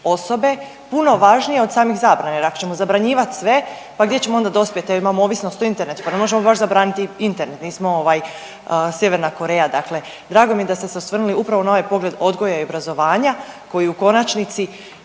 osobe puno važnija od samih zabrana. Jer ako ćemo zabranjivati sve pa gdje ćemo onda dospjeti. Evo imamo ovisnost o internetu. Pa ne možemo baš zabraniti Internet. Nismo sjeverna Koreja, dakle drago mi je da ste se osvrnuli upravo na ovaj pogled odgoja i obrazovanja koji u konačnici